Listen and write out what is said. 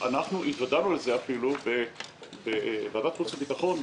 התוודענו לזה אפילו בוועדת חוץ וביטחון,